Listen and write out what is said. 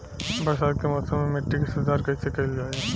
बरसात के मौसम में मिट्टी के सुधार कईसे कईल जाई?